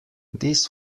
this